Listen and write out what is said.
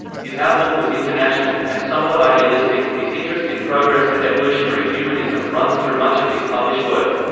his outlook was international, and somewhat idealistic his interest in progress and evolutionary humanism runs through much of his published work.